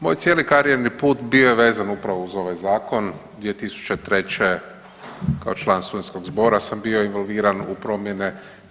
Moj cijeli karijerni put bio je vezan upravo uz ovaj zakon 2003. kao član Studentskog zbora sam bio involviran u promjene.